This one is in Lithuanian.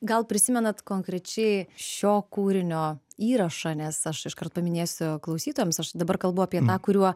gal prisimenat konkrečiai šio kūrinio įrašą nes aš iškart paminėsiu klausytojams aš dabar kalbu apie tą kuriuo